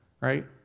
Right